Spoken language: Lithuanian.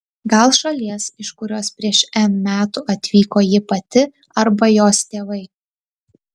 gal šalies iš kurios prieš n metų atvyko ji pati arba jos tėvai